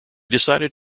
decided